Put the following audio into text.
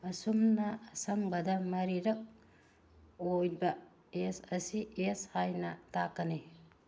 ꯑꯁꯨꯝꯅ ꯑꯁꯪꯕꯗ ꯃꯔꯤꯔꯛ ꯑꯣꯏꯕ ꯑꯦꯁ ꯑꯁꯤ ꯑꯦꯁ ꯍꯥꯏꯅ ꯇꯥꯛꯀꯅꯤ